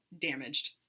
damaged